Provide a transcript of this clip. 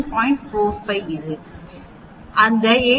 45 இது அந்த 89